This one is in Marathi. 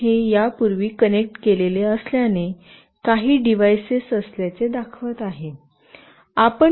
मी हे यापूर्वी कनेक्ट केलेले असल्याने काही डिव्हाइसेस असल्याचे दाखवत आहे